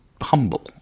humble